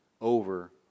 over